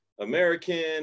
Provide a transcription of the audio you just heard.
american